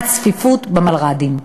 הצפיפות במלר"דים.